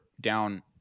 down –